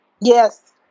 Yes